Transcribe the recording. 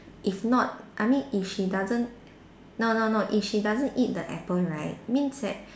if not I mean if she doesn't no no no if she doesn't eat the apple right means that